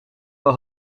wel